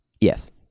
Yes